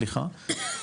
סליחה,